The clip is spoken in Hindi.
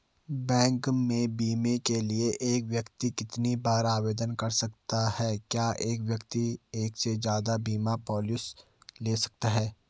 बैंक में बीमे के लिए एक व्यक्ति कितनी बार आवेदन कर सकता है क्या एक व्यक्ति एक से ज़्यादा बीमा पॉलिसी ले सकता है?